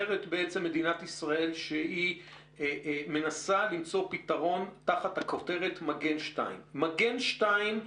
אומרת מדינת ישראל שהיא מנסה למצוא פתרון תחת הכותרת: מגן 2. מגן 2,